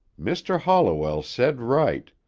mr. holliwell said right,